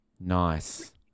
Nice